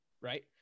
right